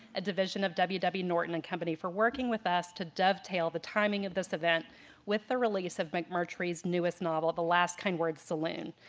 a division of w w. norton and company for working with us to dove tail the timing of this event with the release of mcmurtry' newest novel the last kind words saloon.